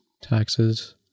taxes